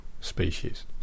species